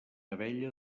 abella